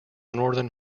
northern